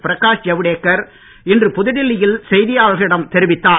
பிரகாஷ் ஜவ்டேக்கர் இன்று புதுடெல்லியில் செய்தியாளர்களிடம் தெரிவித்தார்